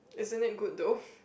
isn't it good though